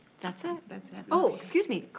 that's it. that's it. oh, excuse me.